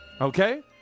Okay